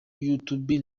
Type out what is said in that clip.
youtube